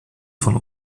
von